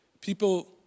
People